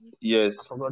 Yes